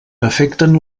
afecten